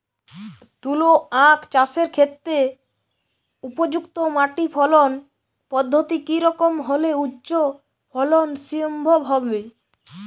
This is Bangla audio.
তুলো আঁখ চাষের ক্ষেত্রে উপযুক্ত মাটি ফলন পদ্ধতি কী রকম হলে উচ্চ ফলন সম্ভব হবে?